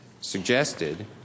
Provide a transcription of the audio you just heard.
suggested